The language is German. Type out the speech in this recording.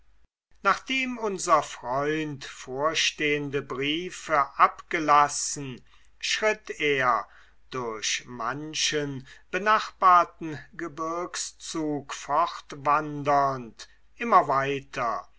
nachdem unser freund vorstehende briefe abgelassen schritt er durch manchen benachbarten gebirgszug fortwandernd immer weiter